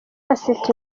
aseka